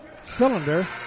cylinder